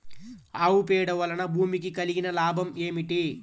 ఆవు పేడ వలన భూమికి కలిగిన లాభం ఏమిటి?